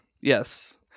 Yes